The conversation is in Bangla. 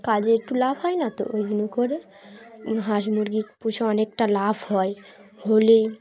কাজে একটু লাভ হয় না তো ওইগুলো করে হাঁস মুরগি পুষে অনেকটা লাভ হয় হলে